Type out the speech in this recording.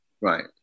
Right